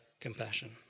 compassion